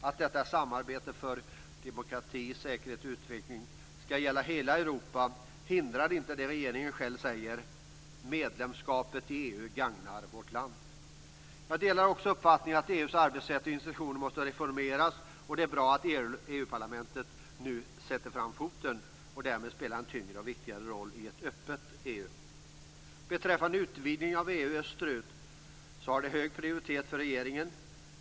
Att detta samarbete för demokrati, säkerhet och utveckling skall gälla hela Europa hindrar inte det som regeringen själv säger, att "medlemskapet i EU gagnar vårt land". Jag delar också uppfattningen att EU:s arbetssätt och institutioner måste reformeras. Det är bra att EU parlamentet nu "sätter fram foten" och därmed spelar en tyngre och viktigare roll i ett öppet EU. Utvidgningen av EU österut har hög prioritet för regeringen.